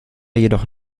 jedoch